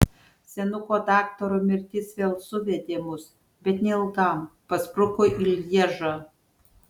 senuko daktaro mirtis vėl suvedė mus bet neilgam paspruko į lježą